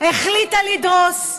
החליטה לדרוס.